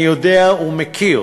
אני יודע ומכיר